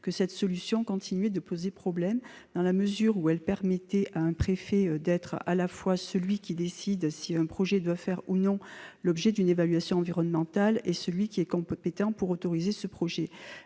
que cette solution continuait de poser problème, dans la mesure où elle permettait à un préfet d'être à la fois celui qui décide si un projet doit faire ou non l'objet d'une évaluation environnementale et celui qui est compétent pour autoriser ce projet.